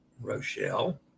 Rochelle